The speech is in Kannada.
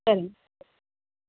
ಸರಿ